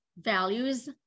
values